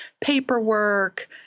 paperwork